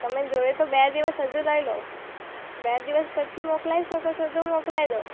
તમે જોએ તો બે દિવસ હજુ લઈ લો બે દિવસ પછી મોકલાવી શકો છો તો મોકલાવી દો